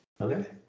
Okay